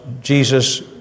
Jesus